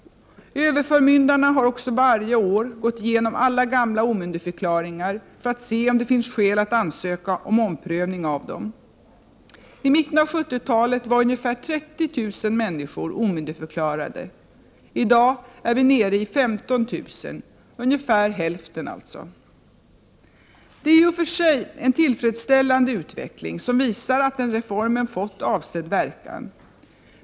Överförmyndarna har också varje år gått igenom alla gamla omyndigförklaringar, för att se om det finns skäl att ansöka om omprövning av dem. I mitten av 70-talet var ungefär 30 000 människor omyndigförklarade. I dag är vi nere i 15 000 ungefär hälften. Det är i och för sig en tillfredsställande utveckling, som visar att reformen har fått avsedd verkan.